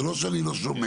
זה לא שאני לא שומע.